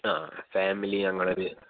ആഹ് family ഞങ്ങളൊര്